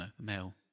male